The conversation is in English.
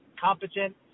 competent